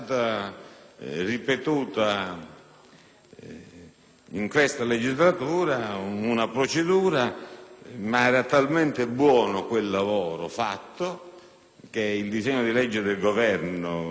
in questa legislatura una procedura, ma era talmente buono il lavoro fatto, che il disegno di legge n. 905 del Governo ha ricalcato,